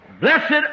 Blessed